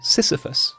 Sisyphus